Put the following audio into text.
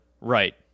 Right